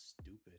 stupid